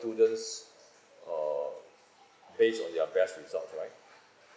students uh based on their best results right